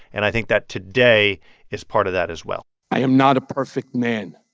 and i think that today is part of that, as well i am not a perfect man.